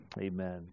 Amen